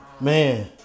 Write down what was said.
Man